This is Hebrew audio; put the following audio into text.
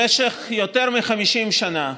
במשך יותר מ-50 שנה,